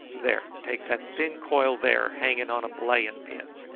there, take that thin coil there, hanging on a belaying-pin.